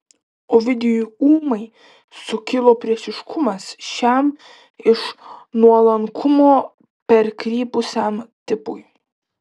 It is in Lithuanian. ovidijui ūmai sukilo priešiškumas šiam iš nuolankumo perkrypusiam tipui